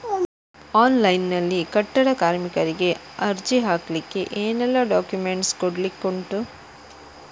Online ನಲ್ಲಿ ಕಟ್ಟಡ ಕಾರ್ಮಿಕರಿಗೆ ಅರ್ಜಿ ಹಾಕ್ಲಿಕ್ಕೆ ಏನೆಲ್ಲಾ ಡಾಕ್ಯುಮೆಂಟ್ಸ್ ಕೊಡ್ಲಿಕುಂಟು?